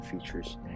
features